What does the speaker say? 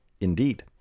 Indeed